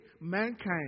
mankind